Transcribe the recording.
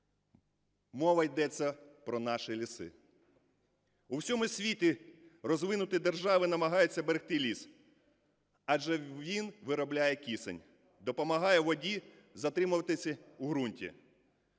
Мова йде про наші ліси. У всьому світі розвинуті держави намагаються берегти ліс, адже він виробляє кисень, допомагає воді затримуватися в ґрунті.